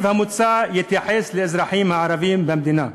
המוצע יתייחס לאזרחים הערבים במדינה,